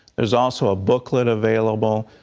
is also a booklet available.